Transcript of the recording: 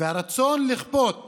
והרצון לכפות